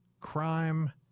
Crime